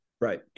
right